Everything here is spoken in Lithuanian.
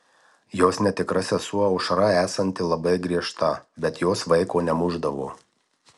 jos netikra sesuo aušra esanti labai griežta bet jos vaiko nemušdavo